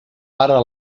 para